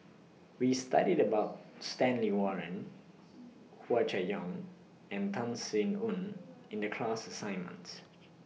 We studied about Stanley Warren Hua Chai Yong and Tan Sin Aun in The class assignment